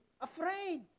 afraid